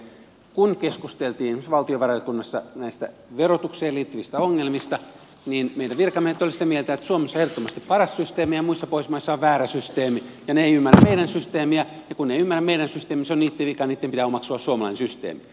kun esimerkiksi valtiovarainvaliokunnassa keskusteltiin näistä verotukseen liittyvistä ongelmista meidän virkamiehet olivat sitä mieltä että suomessa on ehdottomasti paras systeemi ja muissa pohjoismaissa on väärä systeemi ja ne eivät ymmärrä meidän systeemiä ja kun ne eivät ymmärrä meidän systeemiä se on niitten vika niitten pitää omaksua suomalainen systeemi